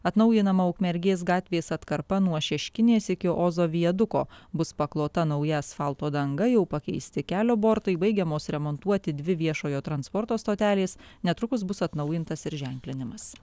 atnaujinama ukmergės gatvės atkarpa nuo šeškinės iki ozo viaduko bus paklota nauja asfalto danga jau pakeisti kelio bortai baigiamos remontuoti dvi viešojo transporto stotelės netrukus bus atnaujintas ir ženklinimas